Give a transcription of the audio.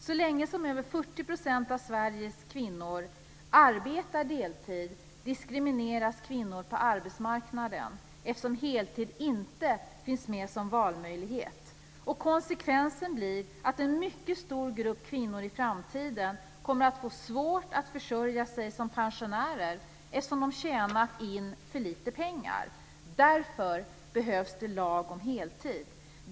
Så länge som över 40 % av Sveriges kvinnor arbetar deltid diskrimineras kvinnor på arbetsmarknaden eftersom heltid inte finns med som valmöjlighet. Konsekvensen blir att en mycket stor grupp kvinnor i framtiden kommer att få svårt att försörja sig som pensionärer, eftersom de tjänat in för lite pengar. Därför behövs en lag om heltid.